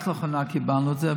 רק לאחרונה קיבלנו את זה,